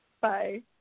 Bye